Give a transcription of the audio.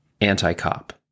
Anti-cop